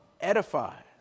edifies